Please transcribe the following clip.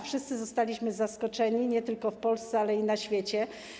Wszyscy zostali zaskoczeni, nie tylko w Polsce, ale i na świecie.